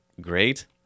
great